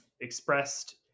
expressed